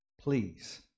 please